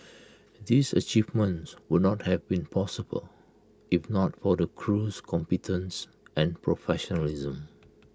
these achievements would not have been possible if not for the crew's competence and professionalism